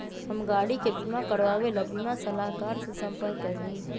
हम गाड़ी के बीमा करवावे ला बीमा सलाहकर से संपर्क कइली